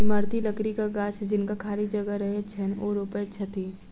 इमारती लकड़ीक गाछ जिनका खाली जगह रहैत छैन, ओ रोपैत छथि